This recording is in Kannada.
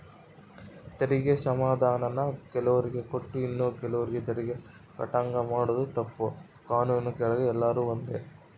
ತೆರಿಗೆ ಕ್ಷಮಾಧಾನಾನ ಕೆಲುವ್ರಿಗೆ ಕೊಟ್ಟು ಇನ್ನ ಕೆಲುವ್ರು ತೆರಿಗೆ ಕಟ್ಟಂಗ ಮಾಡಾದು ತಪ್ಪು, ಕಾನೂನಿನ್ ಕೆಳಗ ಎಲ್ರೂ ಒಂದೇ